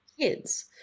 kids